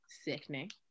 Sickening